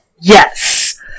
Yes